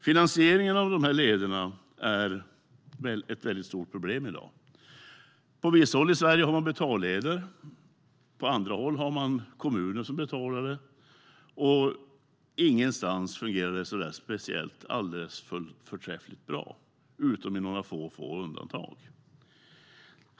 Finansieringen av dessa leder är ett mycket stort problem i dag. På vissa håll i Sverige har man betalleder. På andra håll har man kommuner som betalar detta. Men ingenstans fungerar det förträffligt bra, med några få undantag.